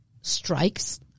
strikes